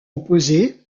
opposés